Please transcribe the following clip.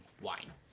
wine